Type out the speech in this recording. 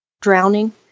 drowning